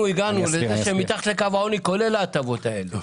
הנתון על האנשים מתחת לקו העוני כולל גם את ההטבות האלה.